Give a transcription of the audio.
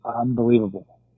unbelievable